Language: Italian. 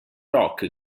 rock